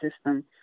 system